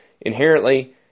inherently